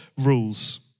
rules